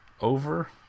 Over